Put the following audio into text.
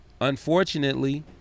Unfortunately